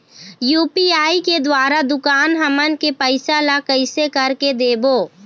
UPI के द्वारा दुकान हमन के पैसा ला कैसे कर के देबो?